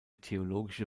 theologische